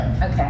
Okay